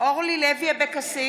אביגדור ליברמן,